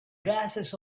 gases